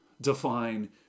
define